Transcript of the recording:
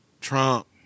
Trump